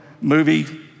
movie